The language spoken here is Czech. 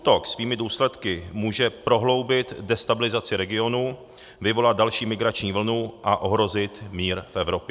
Útok svými důsledky může prohloubit destabilizaci regionů, vyvolat další migrační vlnu a ohrozit mír v Evropě.